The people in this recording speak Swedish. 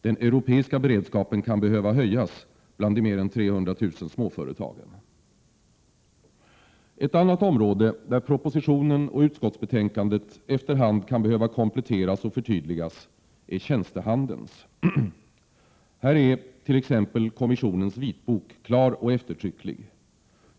Den europeiska beredskapen kan behöva höjas bland de mer än 300 000 småföretagen. Ett annat område, där propositionen och utskottsbetänkandet efter hand kan behöva kompletteras och förtydligas, är tjänstehandelns. Här är t.ex. kommissionens vitbok klar och eftertrycklig.